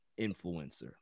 influencer